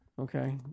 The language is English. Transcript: Okay